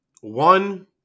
One